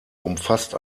umfasst